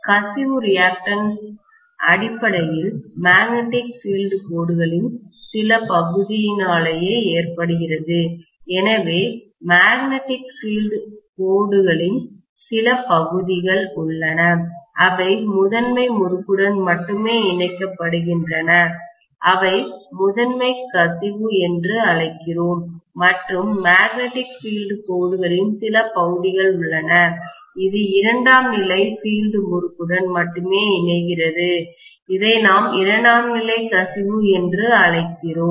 கசிவு ரியாக்டன்ஸ் அடிப்படையில் மேக்னெட்டிக் பீல்டுக் கோடுகளின் சில பகுதியினாலேயே ஏற்படுகிறது எனவே மேக்னெட்டிக் பீல்டுக் கோடுகளின் சில பகுதிகள் உள்ளன அவை முதன்மை முறுக்குடன் மட்டுமே இணைக்கப்படுகின்றன அவை முதன்மை கசிவு என்று அழைக்கிறோம் மற்றும் மேக்னெட்டிக் பீல்டுக் கோடுகளின் சில பகுதிகள் உள்ளன இது இரண்டாம் நிலை பீல்டு முறுக்குடன் மட்டுமே இணைகிறது இதை நாம் இரண்டாம் நிலை கசிவு என்று அழைக்கிறோம்